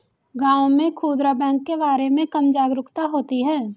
गांव में खूदरा बैंक के बारे में कम जागरूकता होती है